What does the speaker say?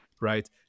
right